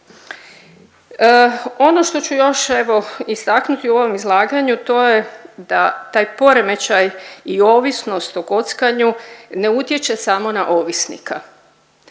Ono što ću još evo istaknuti u ovom izlaganju to je da taj poremećaj i ovisnost o kockanju ne utječe samo na ovisnika.